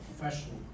professional